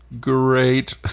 great